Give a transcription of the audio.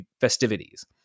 festivities